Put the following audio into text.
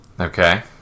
Okay